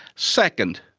second,